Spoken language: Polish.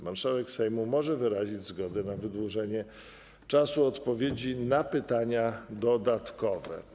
Marszałek Sejmu może wyrazić zgodę na wydłużenie czasu odpowiedzi na pytanie dodatkowe.